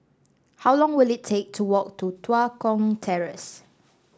how long will it take to walk to Tua Kong Terrace